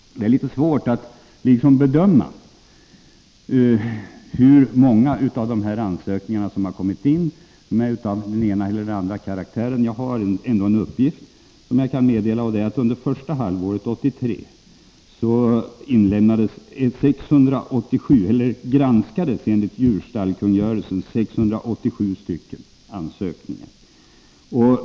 Det är litet svårt att bedöma hur många ansökningar som har kommit in av den ena eller den andra karaktären. Jag har ändå en uppgift som jag kan meddela. Under första halvåret 1983 granskades 687 ansökningar enligt djurstallkungörelsen.